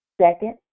Second